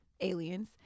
Aliens